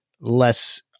less